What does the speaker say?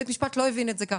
בית משפט לא הבין את זה ככה.